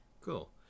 Cool